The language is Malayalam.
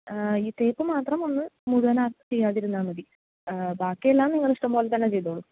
ഈ തേപ്പ് മാത്രം ഒന്ന് മുഴുവനാക്കി ചെയ്യാതിരുന്നാൽ മതി ബാക്കി എല്ലാം നിങ്ങളെ ഇഷ്ടംപോലെ തന്നെ ചെയ്തോളു